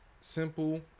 Simple